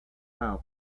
foul